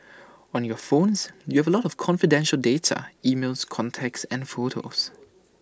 on your phones you have A lot of confidential data emails contacts and photos